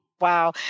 Wow